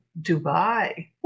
Dubai